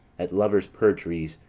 at lovers' perjuries,